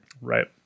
Right